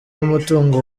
y’umutungo